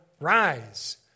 rise